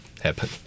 happen